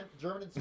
German